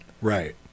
Right